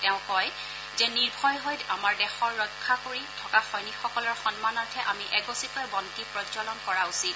তেওঁ কয় যে নিৰ্ভয় হৈ আমাৰ দেশক ৰক্ষা কৰি থকা সৈনিকসকলৰ সন্মানাৰ্থে আমি এগচিকৈ বন্তি প্ৰছ্বলন কৰা উচিত